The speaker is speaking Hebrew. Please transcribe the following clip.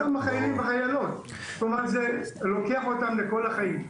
כלומר זה נשאר אצלם לכל החיים.